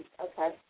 Okay